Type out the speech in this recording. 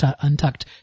Untucked